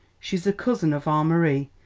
she's a cousin of our marie,